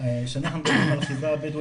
כשאנחנו מדברים על החברה הבדואית,